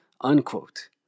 unquote